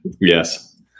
Yes